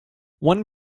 one